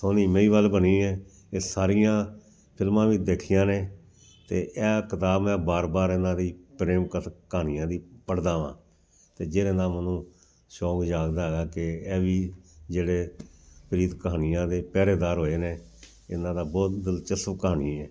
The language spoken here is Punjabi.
ਸੋਹਣੀ ਮਹੀਂਵਾਲ ਬਣੀ ਏ ਇਹ ਸਾਰੀਆਂ ਫਿਲਮਾਂ ਵੀ ਦੇਖੀਆਂ ਨੇ ਅਤੇ ਇਹ ਕਿਤਾਬ ਹੈ ਬਾਰ ਬਾਰ ਇਹਨਾਂ ਦੀ ਪ੍ਰੇਮ ਕਥ ਕਹਾਣੀਆਂ ਦੀ ਪੜ੍ਹਦਾ ਵਾਂ ਅਤੇ ਜਿਹਦੇ ਨਾਲ ਮੈਨੂੰ ਸ਼ੌਂਕ ਯਾਦਗਾਰ ਹੈ ਅਤੇ ਐਹ ਵੀ ਜਿਹੜੇ ਪ੍ਰੀਤ ਕਹਾਣੀਆਂ ਦੇ ਪਹਿਰੇਦਾਰ ਹੋਏ ਨੇ ਇਹਨਾਂ ਦਾ ਬਹੁਤ ਦਿਲਚਸਪ ਕਹਾਣੀ ਹੈ